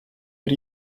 but